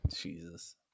Jesus